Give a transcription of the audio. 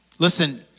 Listen